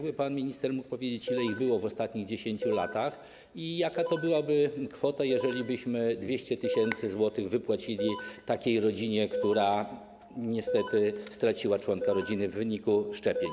Czy pan minister mógłby powiedzieć, ile ich było w ostatnich 10 latach i jaka to byłaby kwota, jeżeli byśmy 200 tys. zł wypłacili takiej rodzinie, która niestety straciła członka rodziny w wyniku szczepień?